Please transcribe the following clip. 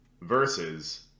versus